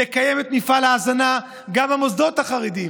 לקיים את מפעל ההזנה גם במוסדות החרדיים,